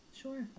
Sure